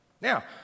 Now